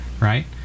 right